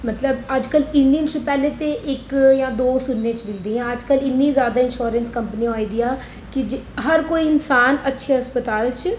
मतलब अज्जकल किन्ने पैह्लें ते इक जां दो सुनने च मिलदियां अज्जकल इन्ने जादा इशोरैंस कम्पनियां आई दियां कि जे हर कोई इंसान अच्छे हस्पताल च